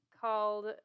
called